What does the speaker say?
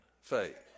faith